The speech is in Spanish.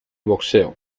boxeo